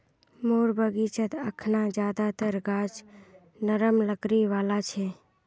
मोर बगीचात अखना ज्यादातर गाछ नरम लकड़ी वाला छ